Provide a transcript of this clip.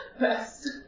Best